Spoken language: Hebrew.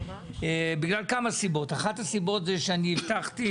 בגלל כמה סיבות: אחת הסיבות היא שאני הבטחתי